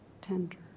tender